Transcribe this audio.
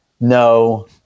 No